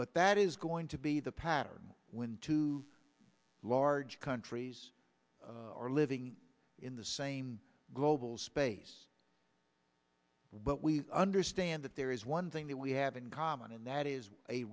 but that is going to be the pattern when two large countries are living in the same global space but we understand that there is one thing that we have in common and that is a